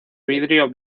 vidrio